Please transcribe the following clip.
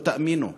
לא תאמינו.